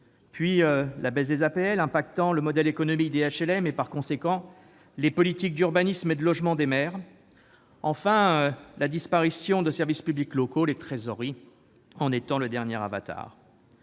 la baisse des APL, impactant le modèle économique des HLM et, par conséquent, les politiques d'urbanisme et de logement des maires et, enfin, la disparition de services publics locaux, celle des trésoreries en étant le dernier avatar.